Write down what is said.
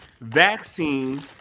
Vaccine